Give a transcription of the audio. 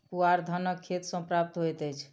पुआर धानक खेत सॅ प्राप्त होइत अछि